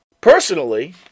Personally